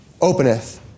openeth